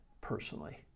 personally